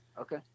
okay